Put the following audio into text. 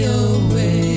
away